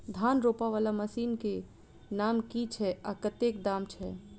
धान रोपा वला मशीन केँ नाम की छैय आ कतेक दाम छैय?